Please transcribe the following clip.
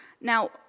Now